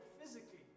physically